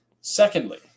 Secondly